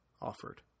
offered